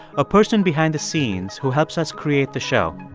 a person behind the scenes who helps us create the show.